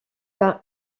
par